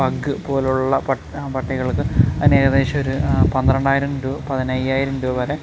pug പോലുള്ള പട്ടികൾക്ക് അതിനു ഏകദേശം ഒരു പന്ത്രണ്ടായിരം ടു പതിനഞ്ചായിരം രൂപ വരെ